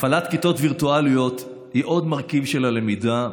הפעלת כיתות וירטואליות היא עוד מרכיב של למידה.